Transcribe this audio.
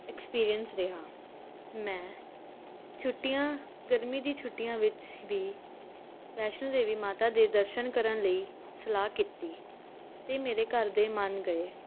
experience ਰਿਹਾ ਮੈਂ ਛੁੱਟੀਆਂ ਗਰਮੀ ਦੀ ਛੁੱਟੀਆਂ ਵਿੱਚ ਵੀ ਵੈਸ਼ਨੋ ਦੇਵੀ ਮਾਤਾ ਦੇ ਦਰਸ਼ਨ ਕਰਨ ਲਈ ਸਲਾਹ ਕੀਤੀ ਅਤੇ ਮੇਰੇ ਘਰ ਦੇ ਮੰਨ ਗਏ